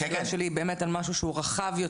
היום ה-9 במאי 2022, ח' באייר התשפ"ב.